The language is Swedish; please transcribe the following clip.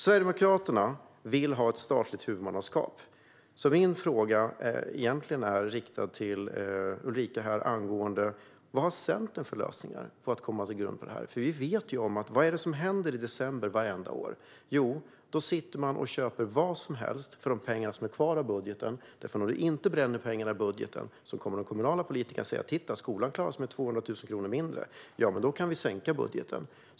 Sverigedemokraterna vill ha ett statligt huvudmannaskap. Min fråga riktad till Ulrika är: Vad har Centern för lösningar för att komma till rätta med det här? Vi vet ju vad som händer i december vartenda år. Då sitter man och köper vad som helst för de pengar som är kvar i budgeten, för om man inte bränner pengarna i budgeten kommer de kommunala politikerna att säga: "Titta, skolan klarar sig med 200 000 kronor mindre! Då kan vi sänka budgeten."